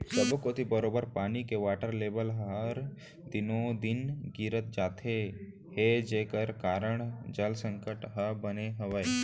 सब्बो कोती बरोबर पानी के वाटर लेबल हर दिनों दिन गिरत जात हे जेकर कारन जल संकट ह बने हावय